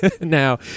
now